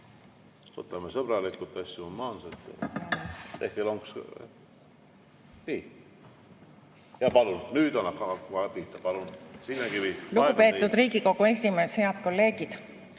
Lugupeetud Riigikogu esimees! Head kolleegid!